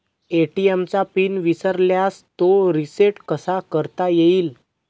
ATM चा PIN विसरल्यास तो रिसेट कसा करता येईल?